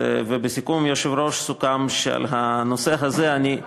בסיכום עם היושב-ראש סוכם שעל הנושא הזה אני,